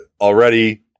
already